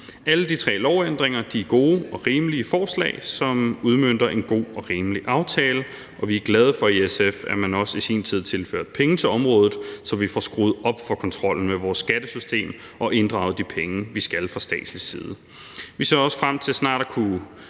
Alle de tre lovændringer er gode og rimelige forslag, som udmønter sig i en god og rimelig aftale, og vi er i SF glade for, at man også i sin tid tilførte området penge, så vi får skruet op for kontrollen med vores skattesystem og inddraget de penge, vi skal fra statslig side. Vi ser også frem til snart at kunne